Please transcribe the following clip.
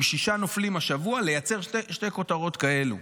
עם שישה נופלים השבוע, לייצר שתי כותרות כאלו,